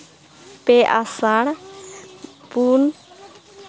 ᱯᱮ ᱟᱥᱟᱲ ᱯᱩᱱ